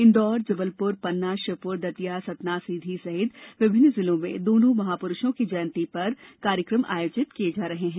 इंदौर जबलपुर पन्ना श्योपुर दतिया सतना सीधी सहित विभिन्न जिलों में दोनों महापुरुषों की जयंती पर विभिन्न कार्यक्रम आयोजित किए जा रहे हैं